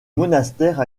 monastère